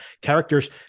Characters